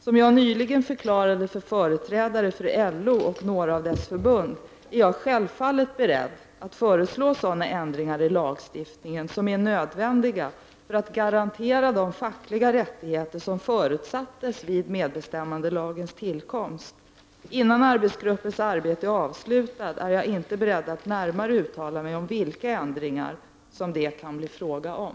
Som jag nyligen förklarade för företrädare för LO och några av dess förbund är jag självfallet beredd att föreslå sådana ändringar i lagstiftningen som är nödvändiga för att garantera de fackliga rättigheter som förutsattes vid medbestämmandelagens tillkomst. Innan arbetsgruppens arbete är avslutat är jag inte beredd att närmare uttala mig om vilka ändringar som det kan bli fråga om.